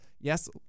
Yes